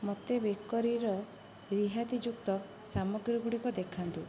ମୋତେ ବେକରୀର ରିହାତିଯୁକ୍ତ ସାମଗ୍ରୀଗୁଡ଼ିକ ଦେଖାନ୍ତୁ